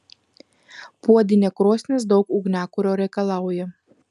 puodinė krosnis daug ugniakuro reikalauja